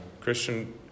Christian